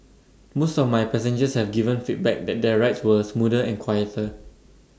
most of my passengers have given feedback that their rides were smoother and quieter